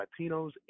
Latinos